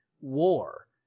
war